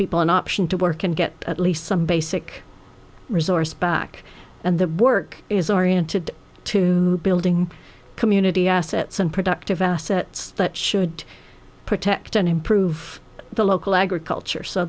people an option to work and get at least some basic resource back and the work is oriented to building community assets and productive assets that should protect and improve the local agriculture so